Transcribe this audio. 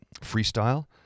freestyle